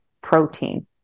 protein